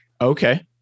Okay